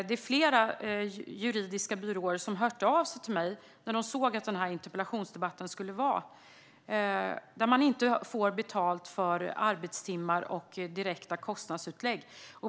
Det var flera juridiska byråer som hörde av sig till mig när de såg att denna interpellationsdebatt skulle hållas. De får inte betalt för arbetstimmar och direkta kostnadsutlägg.